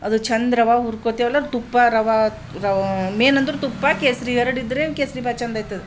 ಅದ್ರಾಗ ಚಂದ ರವೆ ಹುರ್ಕೊತ್ತೇವಲ್ಲ ತುಪ್ಪ ರವೆ ರವೆ ಮೇಯ್ನಂದ್ರೆ ತುಪ್ಪ ಕೇಸರಿ ಎರಡಿದ್ದರೆ ಕೇಸರೀಬಾತು ಚೆಂದಾಯ್ತದ